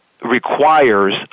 requires